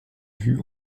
vue